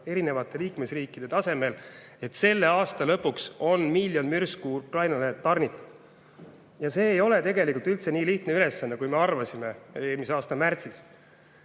erinevate liikmesriikide tasemel, et selle aasta lõpuks on miljon mürsku Ukrainale tarnitud. Ja see ei ole tegelikult üldse nii lihtne ülesanne, kui me arvasime eelmise aasta märtsis.